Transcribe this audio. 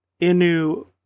Inu